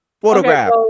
Photograph